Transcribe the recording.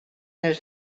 els